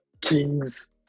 Kings